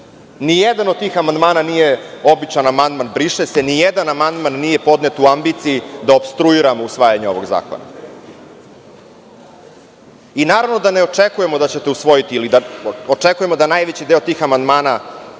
Ni jedan od tih amandmana nije običan amandman, „briše se“, ni jedan amandmana nije podnet u ambiciji da opstruiramo usvajanje ovog zakona. Naravno da ne očekujemo da ćete usvojiti, očekujemo da najveći deo tih amandmana